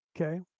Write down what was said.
okay